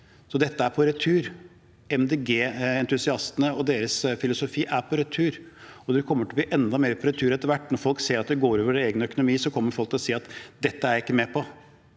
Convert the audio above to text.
Dette er på retur. MDG-entusiastene og deres filosofi er på retur. Det kommer til å bli enda mer på retur etter hvert. Når folk ser at det går utover egen økonomi, kommer de til å si at dette er jeg ikke med på,